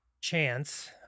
Chance